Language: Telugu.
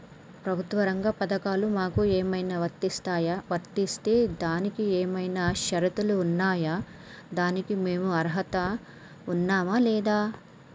ప్రభుత్వ రంగ పథకాలు మాకు ఏమైనా వర్తిస్తాయా? వర్తిస్తే దానికి ఏమైనా షరతులు ఉన్నాయా? దానికి మేము అర్హత ఉన్నామా లేదా?